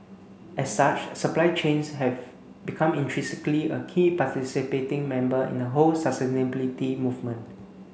as such supply chains have become intrinsically a key participating member in the whole sustainability movement